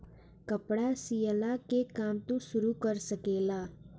कपड़ा सियला के काम तू शुरू कर सकेला